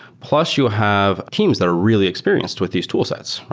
plus you have teams that are really experienced with these toolsets.